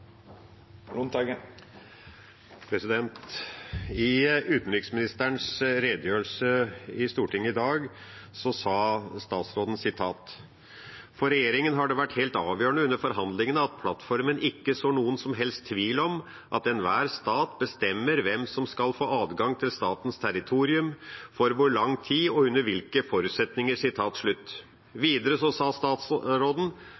I utenriksministerens redegjørelse i Stortinget i dag sa hun: «For regjeringen har det vært helt avgjørende under forhandlingene at plattformen ikke sår noen som helst tvil om at enhver stat bestemmer selv hvem som skal få adgang til statens territorium, for hvor lang tid og under hvilke forutsetninger.»